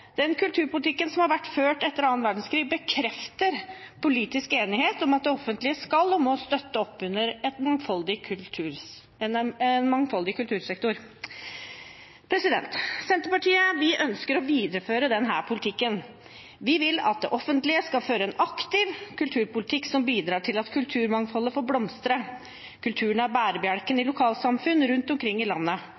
Den kulturpolitikken som har vært ført etter annen verdenskrig, bekrefter politisk enighet om at det offentlige skal og må støtte opp under en mangfoldig kultursektor. Senterpartiet ønsker å videreføre denne politikken. Vi vil at det offentlige skal føre en aktiv kulturpolitikk som bidrar til at kulturmangfoldet får blomstre. Kulturen er bærebjelken i